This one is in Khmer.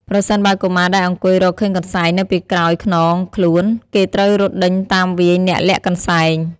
ប្រសិនបើកុមារដែលអង្គុយរកឃើញកន្សែងនៅពីក្រោយខ្នងខ្លួន គេត្រូវរត់ដេញតាមវាយអ្នកលាក់កន្សែង។